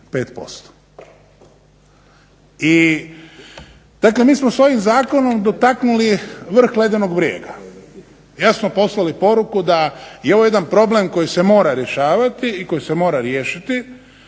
25%. Dakle, mi smo s ovim zakonom dotaknuli vrh ledenog brijega, jasno poslali poruku da je ovo jedan problem koji se mora rješavati i koji se mora riješiti,